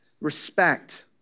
respect